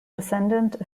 descendant